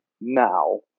now